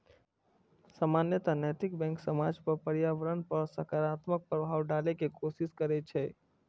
सामान्यतः नैतिक बैंक समाज आ पर्यावरण पर सकारात्मक प्रभाव डालै के कोशिश करै छै